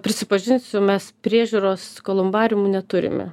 prisipažinsiu mes priežiūros kolumbariumų neturime